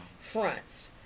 fronts